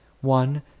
One